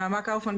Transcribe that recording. אני נעמה קאופמן,